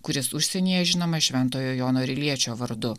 kuris užsienyje žinomas šventojo jono riliečio vardu